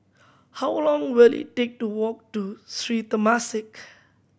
how long will it take to walk to Sri Temasek